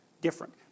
different